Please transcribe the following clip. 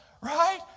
right